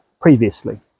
previously